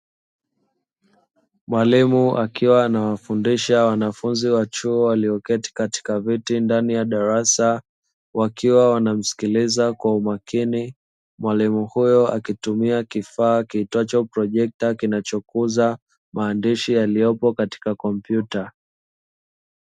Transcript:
Mwalimu akiwa anawafundisha wanafunzi wa chuo walioketi katika viti ndani ya darasa, wakiwa wanamsikiliza kwa umakini, mwalimu huyo akitumia kifaa kiitwacho projekta kinachokuza maandishi yaliyopo katika kompyuta.